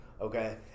okay